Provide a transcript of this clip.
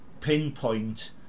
pinpoint